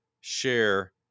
share